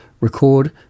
record